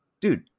dude